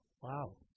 Wow